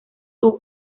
soo